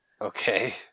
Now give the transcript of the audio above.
Okay